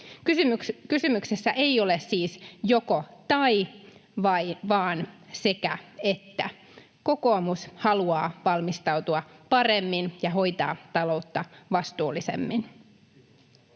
Kysymyksessä ei ole siis joko—tai vaan sekä—että. Kokoomus haluaa valmistautua paremmin ja hoitaa taloutta vastuullisemmin.